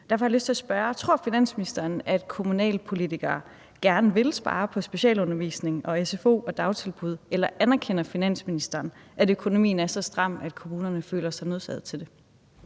Derfor har jeg lyst til at spørge: Tror finansministeren, at kommunalpolitikere gerne vil spare på specialundervisning, sfo og dagtilbud, eller anerkender finansministeren, at økonomien er så stram, at kommunerne føler sig nødsaget til det?